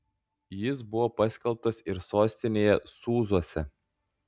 jis buvo paskelbtas ir sostinėje sūzuose